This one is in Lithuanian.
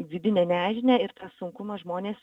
vidinę nežinią ir tą sunkumą žmonės